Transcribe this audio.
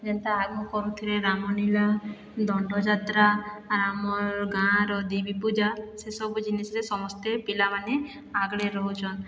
ଯେନ୍ତା ଆଗ କରୁଥିଲେ ରାମଲୀଳା ଦଣ୍ଡଯାତ୍ରା ଆର୍ ଆମର୍ ଗାଁର ଦେବୀପୁଜା ସେସବୁ ଜିନିଷ୍ରେ ସମସ୍ତେ ପିଲାମାନେ ଆଗରେ ରହୁଛନ୍